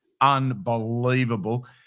unbelievable